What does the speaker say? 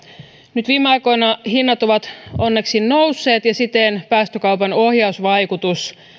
nyt viime aikoina hinnat ovat onneksi nousseet ja siten päästökaupan ohjausvaikutus